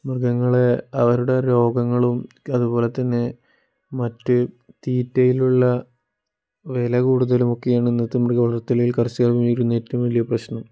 മൃഗങ്ങളെ അവരുടെ രോഗങ്ങളും അതുപോലെതന്നെ മറ്റ് തീറ്റയിലുള്ള വില കൂടുതലും ഒക്കെയാണ് ഇന്നത്തെ മൃഗ വളർത്തലില് കര്ഷകര് നേരിടുന്ന ഏറ്റവും വലിയ പ്രശ്നം